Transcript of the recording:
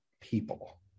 people